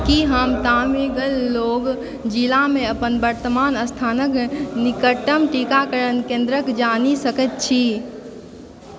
की हम तामेंगलोंग जिलामे अपन वर्तमान स्थानक निकटतम टीकाकरण केंन्द्रकेँ जानि सकैत छी